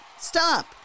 stop